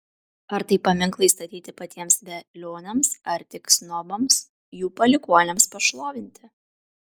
ar tai paminklai statyti patiems velioniams ar tik snobams jų palikuonims pašlovinti